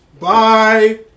Bye